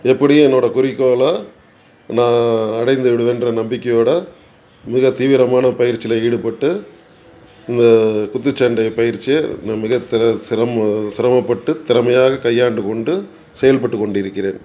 எப்படியும் என்னோடய குறிக்கோளை நான் அடைந்து விடுவேன்ற நம்பிக்கையோடு மிகத் தீவிரமான பயிற்சியில் ஈடுபட்டு இந்த குத்துச் சண்டை பயிற்சியை நான் மிகத் திற சிரம சிரமப்பட்டு திறமையாக கையாண்டு கொண்டு செயல்பட்டுக் கொண்டிருக்கிறேன்